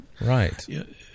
Right